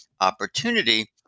opportunity